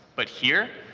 but here,